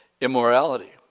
immorality